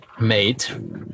made